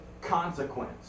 consequence